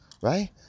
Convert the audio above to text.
right